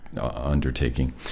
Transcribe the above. undertaking